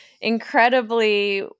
incredibly